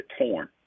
torn